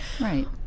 Right